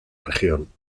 región